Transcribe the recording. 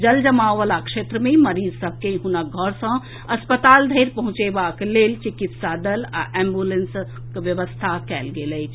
जलजमाव वाला क्षेत्र मे मरीज सभ के हुनक घर सॅ अस्पताल धरि पहुंचेबाक लेल चिकित्सा दल आ एम्बुलेंसक व्यवस्था कएल गेल अछि